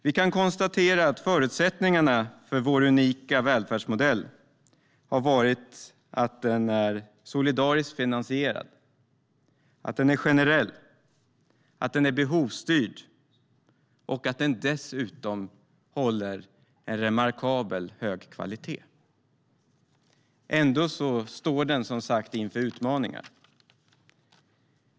Vi kan konstatera att förutsättningarna för vår unika välfärdsmodell har varit att den är solidariskt finansierad, generell och behovsstyrd och att den dessutom håller en remarkabelt hög kvalitet. Ändå står den som sagt inför utmaningar.